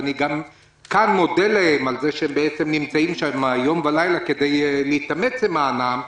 אני מודה להם כאן שהם נמצאים שם יום ולילה והם מתאמצים למענם,